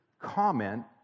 comment